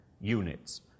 units